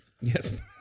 Yes